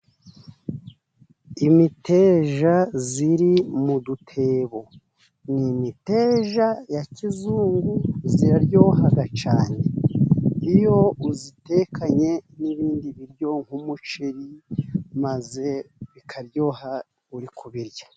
Imiteja iri mu dutebo, ni imiteja ya kizungu. Iraryoha cyane iyo uyitekanye n'ibindi biryo nk'umuceri, maze bikaryoha uri kubirya.